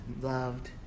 loved